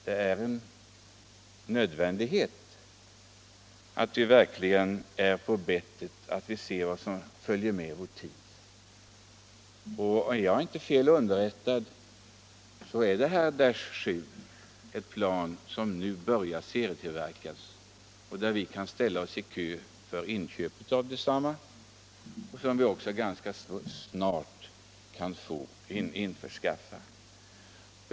Det är en nödvändighet att vi verkligen är på bettet och följer med vår tid. Om jag inte är felunderrättad så är Dash 7 ett plan som nu börjar serietillverkas. Vi kan redan ställa oss i kö för inköp av detsamma, och vi kan ganska snart få det.